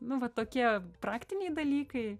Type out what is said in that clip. nu va tokie praktiniai dalykai